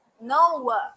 No